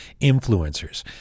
influencers